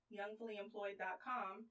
youngfullyemployed.com